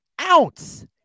ounce